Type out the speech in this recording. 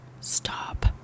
stop